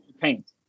paint